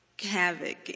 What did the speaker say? havoc